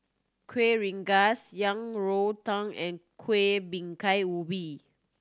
Kuih Rengas Yang Rou Tang and Kuih Bingka Ubi